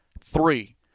three